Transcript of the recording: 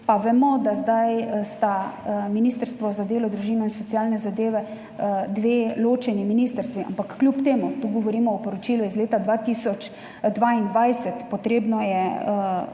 pa vemo, da sta zdaj ministrstvo za delo, družino in socialne zadeve dve ločeni ministrstvi, ampak kljub temu, tu govorimo o poročilu iz leta 2022. Potrebno je